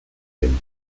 him